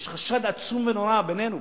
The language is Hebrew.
יש חשד עצום ונורא בינינו,